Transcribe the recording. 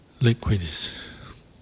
liquids